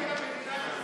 אתה דיקטטור,